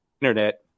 internet